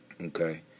Okay